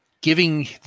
giving